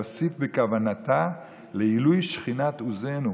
"יוסיף בכוונתה לעילוי שכינת עוזנו,